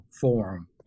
forum